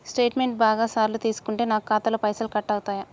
Statement బాగా సార్లు తీసుకుంటే నాకు ఖాతాలో పైసలు కట్ అవుతయా?